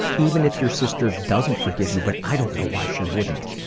even if your sister doesn't forgive you, but i don't know why she wouldn't.